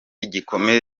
gikomeje